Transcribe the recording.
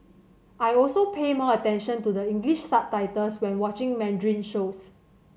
I also pay more attention to the English subtitles when watching Mandarin shows